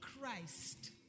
Christ